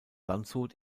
landshut